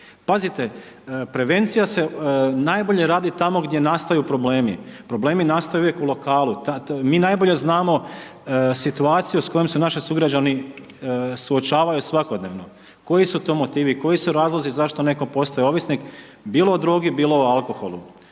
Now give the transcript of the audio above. Pazite prevencija se najbolje radi tamo gdje nastaju problemi, problemi nastaju uvijek u lokalu. Mi najbolje znamo situaciju s kojom se naši sugrađani suočavaju svakodnevno, koji su to motivi, koji su razlozi zašto netko postaje ovisnik, bilo o drogi, bilo o alkoholu,